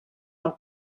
del